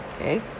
okay